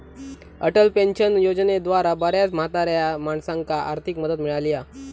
Atal pension योजनेद्वारा बऱ्याच म्हाताऱ्या माणसांका आर्थिक मदत मिळाली हा